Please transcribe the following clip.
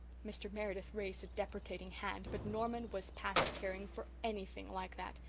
mr. meredith raised a deprecating hand, but norman was past caring for anything like that.